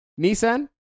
Nissan